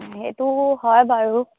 সেইটো হয় বাৰু